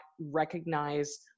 recognize